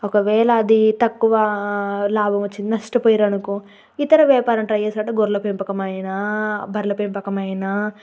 ఒకవేళ అది తక్కువా లాభం వచ్చి నష్టపోయారనుకో ఇతర వ్యాపారం ట్రై చేస్తారు అంటే గొర్రెల పెంపకం అయినా బర్రెల పెంపకం అయినా